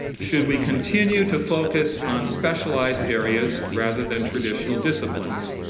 should we continue to focus on specialized areas rather than traditional disciplines?